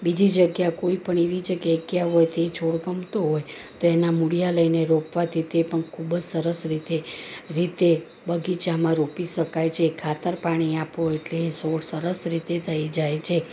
બીજી જગ્યા કોઈપણ એવી જગ્યાએ ગયા હોય તે છોડ ગમતો હોય તો એના મૂળીયા લઈને રોપવાથી તે પણ ખૂબ જ સરસ રીતે રીતે બગીચામાં રોપી શકાય છે ખાતર પાણી આપો એટલે એ છોડ સરસ રીતે થઈ જાય છે